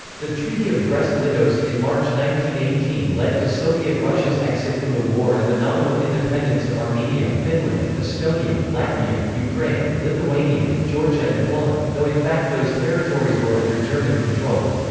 the treaty of brest-litovsk in march eighteen led to soviet russia's exit from the war and the nominal independence of armenia, finland, estonia, latvia, ukraine, lithuania, georgia and poland, though in fact those territories were under german control.